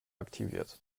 aktiviert